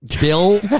Bill